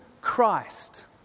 Christ